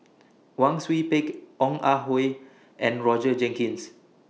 Wang Sui Pick Ong Ah Hoi and Roger Jenkins